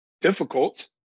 difficult